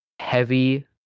heavy